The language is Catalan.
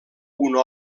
una